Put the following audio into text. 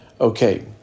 okay